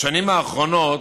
בשנים האחרונות,